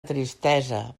tristesa